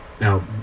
Now